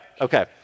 Okay